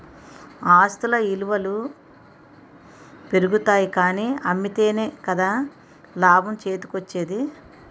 ఆస్తుల ఇలువలు పెరుగుతాయి కానీ అమ్మితేనే కదా ఆ లాభం చేతికోచ్చేది?